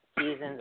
seasons